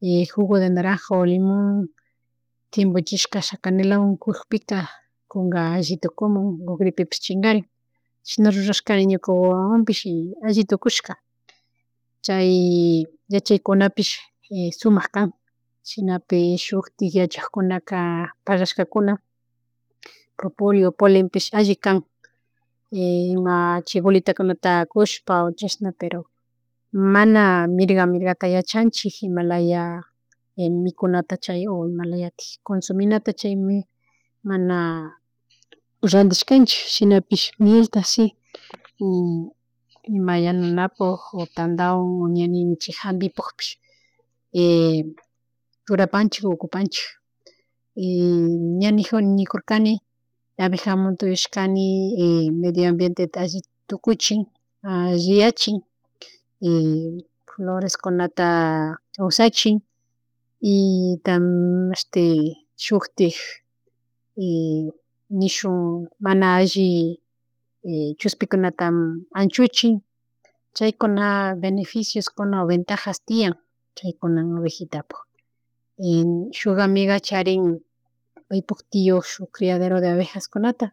y jugo de naranja o limon timbuchishaka canelawan kugpika kugpika kunga alli tukumun o gripipish chingarin chishna rurashkani ñuka wawawanpish y alli tukushka chay yachaykunapish sumak kan shinapish shutik yachakkunaka parlashkakuna propolio, polenpish alli kan y ima chi bolitacunata kushpa chashna pero mana mirga, mirgata yachanchik imalaya mikunata chay imalayatik cunsominata chaymi mana randishkanchi shinapish mielta si ima yanunapuk o tandawan ña ninchik janbipukpish y churapanchik ocupanchik y ña ni- nikurkani abejamunta uyashkani y media ambienteta alli tukuchin, alliyachik y floreskunata kawsachin y mashti shuktik y nishun mana alli chushpikunata anchuchin chaykuna veneficiokuna o ventajas tiyan chaykuna abejitapuk y shuk amiga charin paypuk tio shuk criadero de abejaskunata.